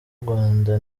rwanda